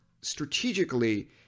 strategically